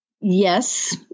Yes